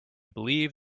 believe